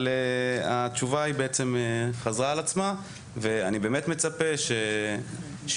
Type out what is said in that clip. התשובה היא בעצם חזרה על עצמה ואני באמת מצפה שיהיו